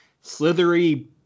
slithery